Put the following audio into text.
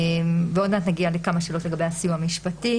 עוד מעט נגיע לכמה שאלות לגבי הסיוע המשפטי.